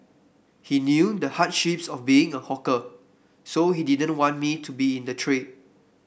he knew the hardships of being a hawker so he didn't want me to be in the trade